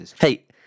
Hey